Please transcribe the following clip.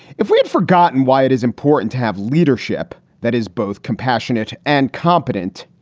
if we had forgotten why it is important to have leadership that is both compassionate and competent,